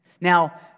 Now